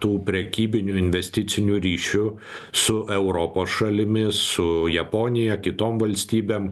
tų prekybinių investicinių ryšių su europos šalimis su japonija kitom valstybėm